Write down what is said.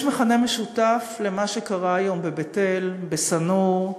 יש מכנה משותף בין מה שקרה היום בבית-אל, בשא-נור,